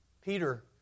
Peter